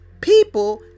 people